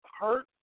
hurt